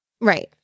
Right